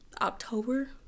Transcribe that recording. October